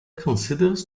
considers